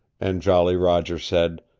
and jolly roger said,